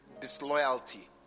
disloyalty